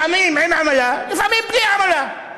לפעמים עם עמלה, לפעמים בלי עמלה.